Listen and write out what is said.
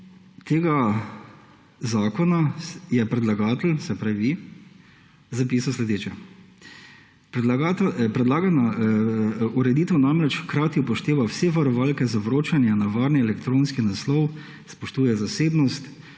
tega zakona je predlagatelj, se pravi vi, zapisal sledeče: « Predlagana ureditev namreč hkrati upošteva vse varovalke za vročanje na varni elektronski naslov, spoštuje zasebnost